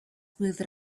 with